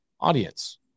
audience